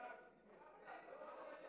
זה יגיע לוועדת הבריאות,